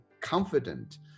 confident